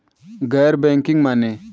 गैर बैंकिंग माने?